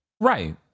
Right